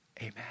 Amen